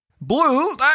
blue